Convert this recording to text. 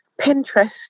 Pinterest